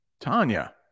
tanya